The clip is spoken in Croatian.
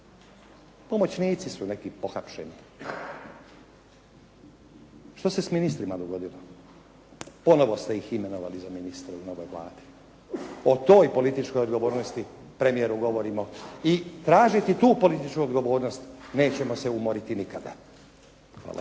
pomoćnici su neki pohapšeni, što se s ministrima dogodilo? Ponovno ste ih imenovali za ministre u novoj Vladi. O toj političkoj odgovornosti premijeru govorimo i tražiti tu političku odgovornost nećemo se umoriti nikada. Hvala